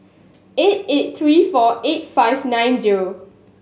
eight eight three four eight five nine zero